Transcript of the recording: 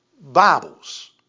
Bibles